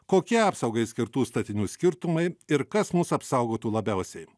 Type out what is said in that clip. kokie apsaugai skirtų statinių skirtumai ir kas mus apsaugotų labiausiai